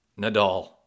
Nadal